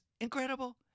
incredible